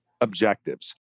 objectives